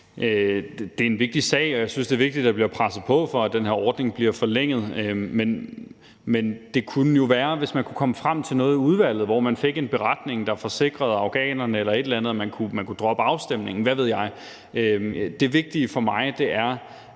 det er en vigtig sag. Jeg synes, det er vigtigt, at der bliver presset på for, at den her ordning bliver forlænget, men det kunne jo være, at man kunne finde frem til noget i udvalget med en beretning eller et eller andet, der forsikrede afghanerne, eller at man kunne droppe afstemningen, eller hvad ved jeg. Det vigtige for mig er,